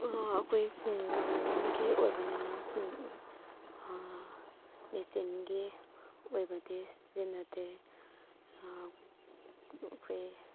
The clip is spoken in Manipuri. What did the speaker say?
ꯑꯩꯈꯣꯏ ꯈꯨꯡꯒꯪꯒꯤ ꯑꯣꯏꯕꯅꯤꯅ ꯃꯦꯆꯤꯟꯒꯤ ꯑꯣꯏꯕꯗꯤ ꯁꯤꯖꯤꯟꯅꯗꯦ ꯑꯩꯈꯣꯏ